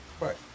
Right